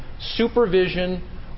supervision